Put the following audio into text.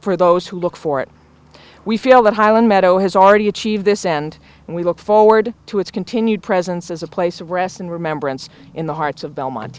for those who look for it we feel that highland meadow has already achieved this end and we look forward to its continued presence as a place of rest and remembrance in the hearts of belmont